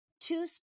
two